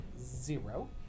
zero